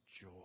joy